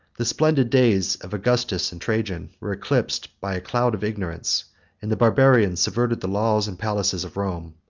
the splendid days of augustus and trajan were eclipsed by a cloud of ignorance and the barbarians subverted the laws and palaces of rome.